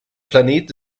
planet